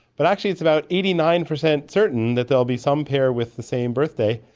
but actually it's about eighty nine percent certain that there'll be some pair with the same birthday.